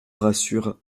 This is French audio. rassure